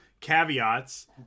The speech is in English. caveats